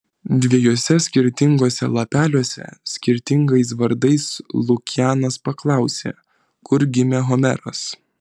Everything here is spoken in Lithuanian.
dviejuose skirtinguose lapeliuose skirtingais vardais lukianas paklausė kur gimė homeras